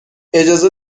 اجازه